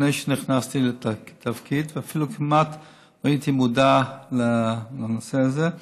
לפי שנכנסתי לתפקיד ואפילו כמעט לא הייתי מודע לנושא הזה,